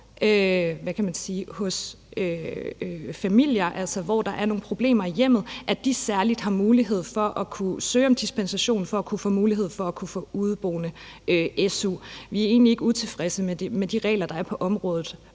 nogle familier, fordi der er nogle problemer i hjemmet, har særlig mulighed for at kunne søge om dispensation til at få su for udeboende. Vi er egentlig ikke utilfredse med de regler, der er på området,